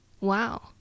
wow